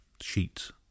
Sheets